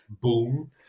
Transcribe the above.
boom